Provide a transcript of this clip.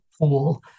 pool